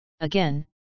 again